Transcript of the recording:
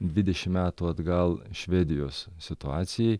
dvidešimt metų atgal švedijos situacijai